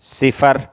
صفر